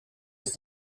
jest